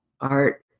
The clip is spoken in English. art